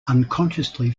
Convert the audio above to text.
unconsciously